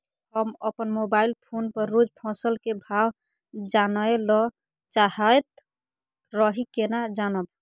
हम अपन mobile phone पर रोज फसल के भाव जानय ल चाहैत रही केना जानब?